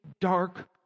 dark